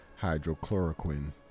hydrochloroquine